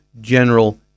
general